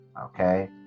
Okay